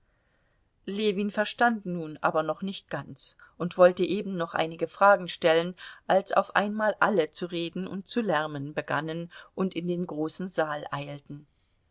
ljewin verstand nun aber noch nicht ganz und wollte eben noch einige fragen stellen als auf einmal alle zu reden und zu lärmen begannen und in den großen saal eilten